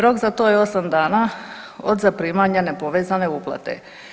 Rok za to je 8 dana od zaprimanja nepovezane uplate.